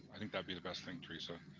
i think that'd be the best thing, theresa,